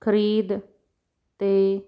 ਖਰੀਦ 'ਤੇ